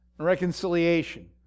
Reconciliation